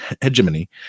hegemony